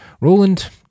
Roland